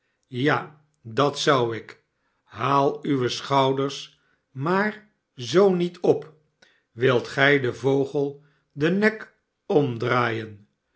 ja dat zou ik haal uwe schouders maar zoo niet op wilt gij den vogel den nek omdraaienr